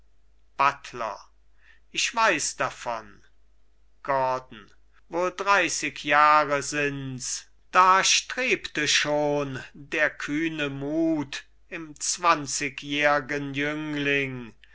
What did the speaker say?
buttler ich weiß davon gordon wohl dreißig jahre sinds da strebte schon der kühne mut im zwanzigjährgen jüngling